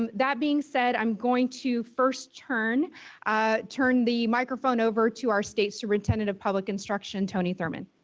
um that being said i'm going to first turn ah turn the microphone over to our state superintendent of public instruction tony thurmond.